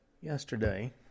Yesterday